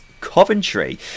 coventry